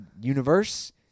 universe